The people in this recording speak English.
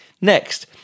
Next